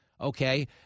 okay